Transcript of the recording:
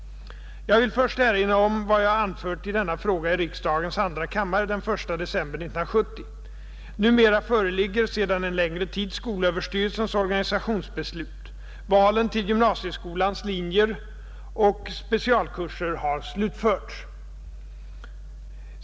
Jag vill först erinra om vad jag anfört i denna fråga i riksdagens andra kammare den 1 december 1970. Numera föreligger sedan en längre tid skolöverstyrelsens organisationsbeslut. Valen till gymnasieskolans linjer och specialkurser har slutförts.